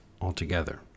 altogether